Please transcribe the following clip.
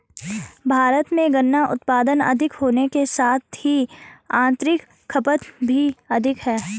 भारत में गन्ना उत्पादन अधिक होने के साथ ही आतंरिक खपत भी अधिक है